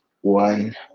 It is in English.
one